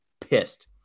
pissed